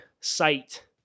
site